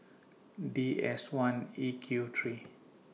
D S one E Q three